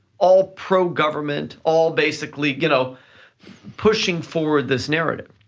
all pro-government, all basically, you know pushing forward this narrative.